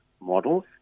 models